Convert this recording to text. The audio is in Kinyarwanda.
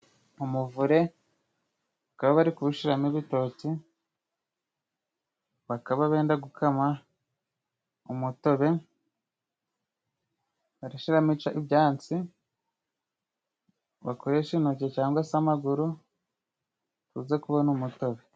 Umuvure ukaba bari kuwushiramo ibitoki, bakaba benda gukama umutobe. Barashyiramo ibyatsi, bakoreshe intoki cyangwa se amaguru uze kubona umutobe.